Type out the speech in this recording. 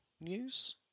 news